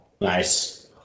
Nice